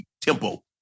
tempo